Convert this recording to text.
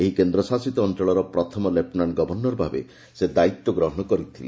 ଏହି କେନ୍ଦ୍ରଶାସିତ ଅଞ୍ଚଳର ପ୍ରଥମ ଲେପୁନାଣ୍ଟ ଗଭର୍ଣ୍ଣର ଭାବେ ସେ ଦାୟିତ୍ୱ ଗ୍ରହଣ କରିଥିଲେ